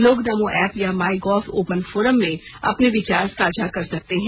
लोग नमो ऐप या MyGov open forum में अपने विचार साझा कर सकते हैं